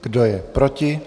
Kdo je proti?